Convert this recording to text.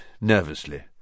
nervously